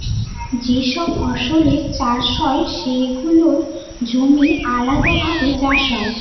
যে সব ফসলের চাষ হয় সেগুলোর জমি আলাদাভাবে চাষ হয়